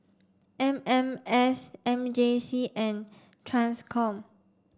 M M S M J C and TRANSCOM